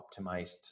optimized